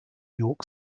york